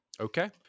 Okay